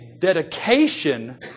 dedication